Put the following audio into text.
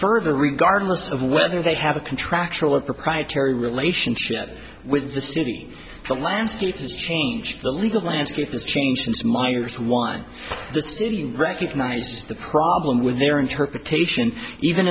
further regardless of whether they have a contractual or proprietary relationship with the city the landscape has changed the legal landscape has changed since meyers won the stadium recognized the problem with their interpretation even